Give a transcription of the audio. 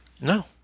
No